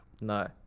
No